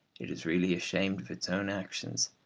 it is really ashamed of its own actions,